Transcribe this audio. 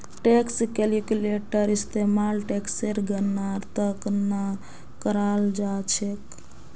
tax calculator इस्तेमाल टेक्सेर गणनार त न कराल जा छेक